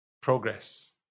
progress